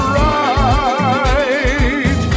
right